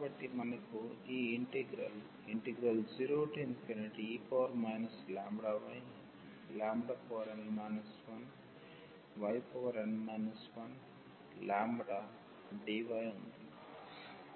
కాబట్టి మనకు ఈ ఇంటిగ్రల్ 0e λyn